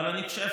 אבל אני חושב